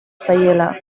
zaiela